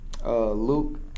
Luke